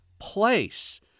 place